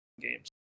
games